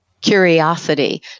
curiosity